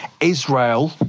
Israel